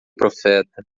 profeta